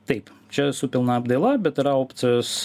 taip čia su pilna apdaila bet yra opcijos